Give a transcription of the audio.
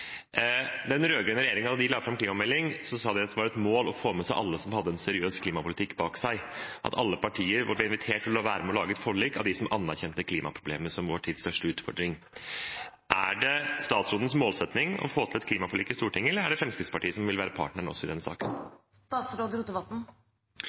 la fram klimamelding, sa de at det var et mål å få med seg alle som hadde en seriøs klimapolitikk bak seg, alle partier som anerkjente klimaproblemet som vår tids største utfordring, ble invitert til å være med og lage et forlik. Er det statsrådens målsetting å få til et klimaforlik i Stortinget, eller er det Fremskrittspartiet som vil være partneren også i denne saken?